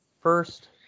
first –